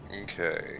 Okay